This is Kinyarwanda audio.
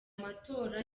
matora